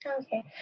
Okay